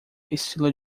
estilo